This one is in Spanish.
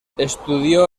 estudió